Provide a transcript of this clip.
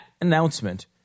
announcement